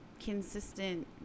consistent